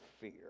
fear